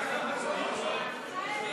ההצעה להעביר לוועדה את